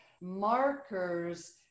markers